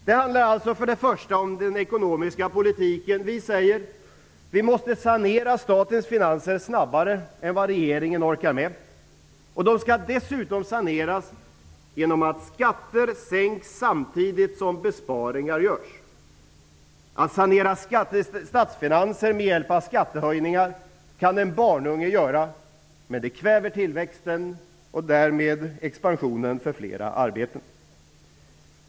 Det handlar för det första om den ekonomiska politiken. Vi säger: Vi måste sanera statens finanser snabbare än vad regeringen orkar med. De skall dessutom saneras genom att skatter sänks samtidigt som besparingar görs. Att sanera statsfinanser med hjälp av skattehöjningar kan en barnunge göra. Men det kväver tillväxt och därmed expansion för fler arbeten.